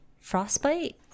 Frostbite